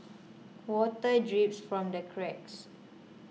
water drips from the cracks